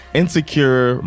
insecure